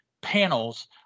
panels